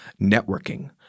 networking